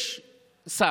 יש שר,